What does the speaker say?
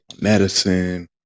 medicine